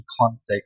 context